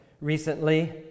recently